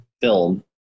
film